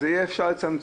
אז יהיה אפשר לצמצם.